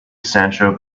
sancho